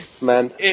Man